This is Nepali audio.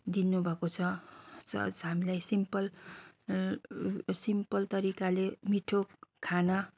दिनुभएको छ हामीलाई सिम्पल सिम्पल तरिकाले मिठो खाना